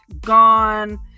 Gone